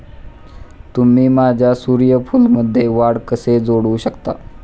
तुम्ही माझ्या सूर्यफूलमध्ये वाढ कसे जोडू शकता?